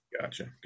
gotcha